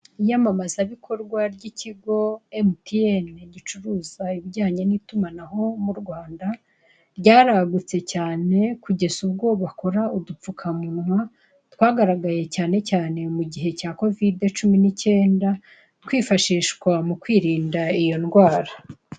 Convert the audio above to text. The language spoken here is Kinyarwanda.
Iyamamaza bikorwa ry'ikigo emutiyeni gicuruza ibijyanye n'itumanaho mu Rwanda, ryaragutse cyane kugeza ubwo bakora udupfukamunwa, twagaragaye cyane cyane mu gihe cya kovide cumi n'icyenda twifashishwa mu kwirinda iyo ndwara.